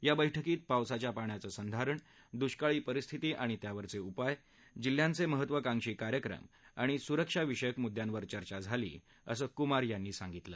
या बैठकीत पावसाच्या पाण्याच संधारण दुष्काळी परिस्थिती आणि त्यावरचे उपाय जिल्ह्यांचे महत्त्वाकांक्षी कार्यक्रम आणि सुरक्षाविषयक मुद्यांवर चर्चा झाली असं कुमार यांनी सांगितलं